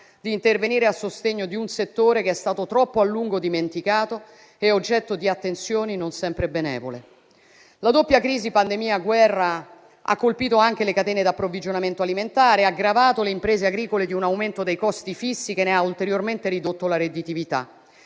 di intervenire a sostegno di un settore che è stato troppo a lungo dimenticato e oggetto di attenzioni non sempre benevole. La doppia crisi pandemia-guerra ha colpito anche le catene d'approvvigionamento alimentare e gravato le imprese agricole di un aumento dei costi fissi che ne ha ulteriormente ridotto la redditività.